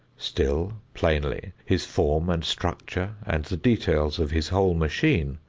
still, plainly, his form and structure and the details of his whole machine,